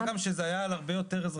מה גם שבקורונה זה חל על הרבה יותר אזרחים.